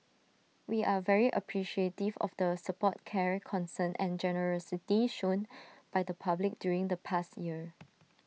we are very appreciative of the support care concern and generosity shown by the public during the past year